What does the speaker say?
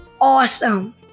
awesome